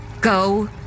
Go